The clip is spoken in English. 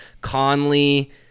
Conley